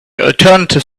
alternative